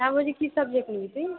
হ্যাঁ বলছি কী সাবজেক্ট নিবি তুই